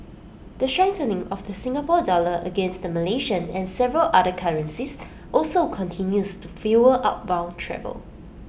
the strengthening of the Singapore dollar against the Malaysian and several other currencies also continues to fuel outbound travel